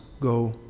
go